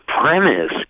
premise